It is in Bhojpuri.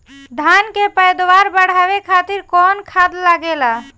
धान के पैदावार बढ़ावे खातिर कौन खाद लागेला?